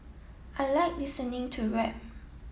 I like listening to rap